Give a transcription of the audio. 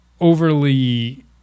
overly